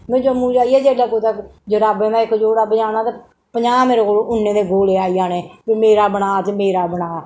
में जम्मू जाइयै जेल्लै कुतै जराबें दा एक्क जोड़ा पजाना ते पंजाह् मेरे कोल उन्ने दे गोले आई जाने मेरा बनाऽ ते मेरा बनाऽ